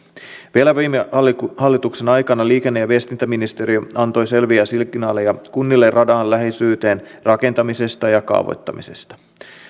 vielä viime hallituksen aikana liikenne ja viestintäministeriö antoi selviä signaaleja kunnille radan läheisyyteen rakentamisesta ja kaavoittamisesta